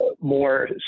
more